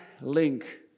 link